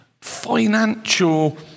financial